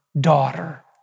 daughter